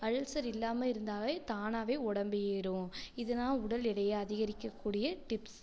ulcer இல்லாமல் இருந்தாவே தானாகவே உடம்பு ஏறும் இது தான் உடல் எடையை அதிகரிக்கக் கூடிய டிப்ஸ்